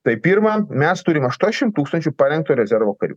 tai pirma mes turim aštuondešimt tūkstančių parengto rezervo karių